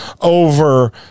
over